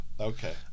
Okay